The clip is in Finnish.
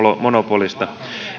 monopolista